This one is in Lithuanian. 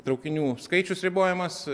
traukinių skaičius ribojamas